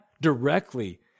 Directly